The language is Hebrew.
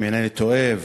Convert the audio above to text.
אם אינני טועה,